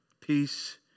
Peace